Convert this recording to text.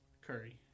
Curry